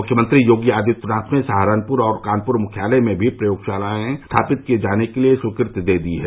मुख्यमंत्री योगी आदित्यनाथ ने सहारनपुर और कानपुर मुख्यालय में भी प्रयोगशालायें स्थापित किये जाने के लिए स्वीकृति दे दी है